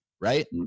right